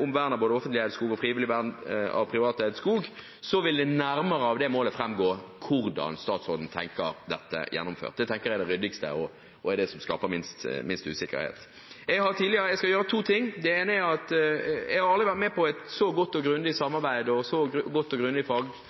både vern av offentlig eid skog og frivillig vern av privateid skog – vil fremgå nærmere hvordan statsråden tenker dette gjennomført. Det tenker jeg er det ryddigste og det som skaper minst usikkerhet. Jeg har aldri tidligere vært med på et så godt og grundig faglig samarbeid om en melding, både med miljøorganisasjoner og fagpersoner. Jeg har lyst til å takke dem som var med på